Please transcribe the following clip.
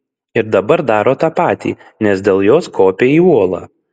ir dabar daro tą patį nes dėl jos kopia į uolą